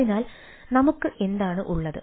അതിനാൽ നമുക്ക് എന്താണ് ഉള്ളത്